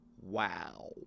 Wow